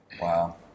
Wow